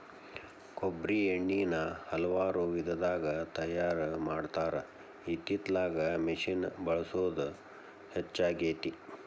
ಕೊಬ್ಬ್ರಿ ಎಣ್ಣಿನಾ ಹಲವಾರು ವಿಧದಾಗ ತಯಾರಾ ಮಾಡತಾರ ಇತ್ತಿತ್ತಲಾಗ ಮಿಷಿನ್ ಬಳಸುದ ಹೆಚ್ಚಾಗೆತಿ